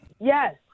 Yes